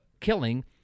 killing